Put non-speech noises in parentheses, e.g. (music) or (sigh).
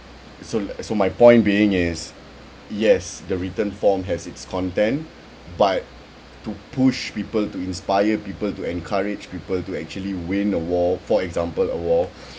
so l~ so my point being is yes the written form has its content but to push people to inspire people to encourage people to actually win a war for example a war (breath)